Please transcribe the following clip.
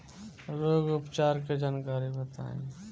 रोग उपचार के जानकारी बताई?